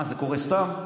מה, זה קורה סתם?